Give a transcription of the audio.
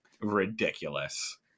ridiculous